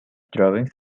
drawings